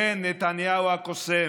כן, נתניהו הקוסם,